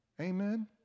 Amen